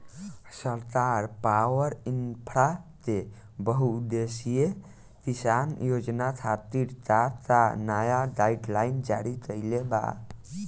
सरकार पॉवरइन्फ्रा के बहुउद्देश्यीय किसान योजना खातिर का का नया गाइडलाइन जारी कइले बा?